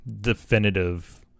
definitive